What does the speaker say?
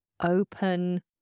Open